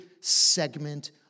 segment